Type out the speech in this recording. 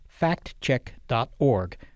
factcheck.org